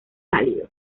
cálido